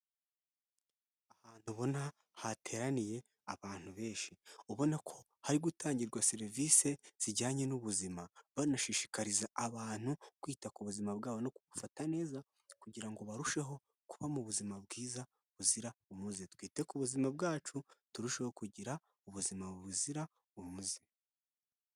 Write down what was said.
Ahantu ubona hateraniye abantu benshi, ubona ko hari gutangirwa serivisi zijyanye n'ubuzima banashishikariza abantu kwita ku buzima bwabo no kubufata neza kugira ngo barusheho kuba mu buzima bwiza buzira umuze. Twite ku buzima bwacu turusheho kugira ubuzima buzira umuze.